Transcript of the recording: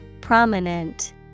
Prominent